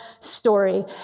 story